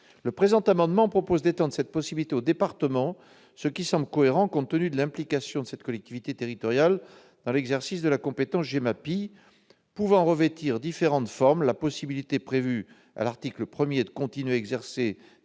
Le présent amendement a pour objet d'étendre cette possibilité aux départements, ce qui semble cohérent compte tenu de l'implication de ce niveau de collectivité territoriale dans l'exercice de la compétence GEMAPI, pouvant revêtir différentes formes : la possibilité, prévue à l'article 1, de continuer à exercer